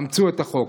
אמצו את החוק.